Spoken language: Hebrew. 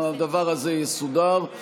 הדבר הזה יסודר.